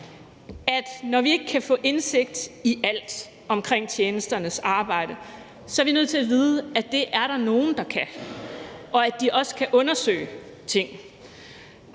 når vi ikke kan få indsigt i alt omkring tjenesternes arbejde, er vi nødt til at vide, at det er der nogen der kan, og at de også kan undersøge ting.